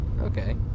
Okay